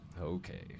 Okay